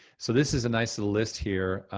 so this is a nice little list here.